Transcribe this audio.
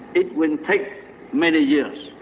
it will take many years.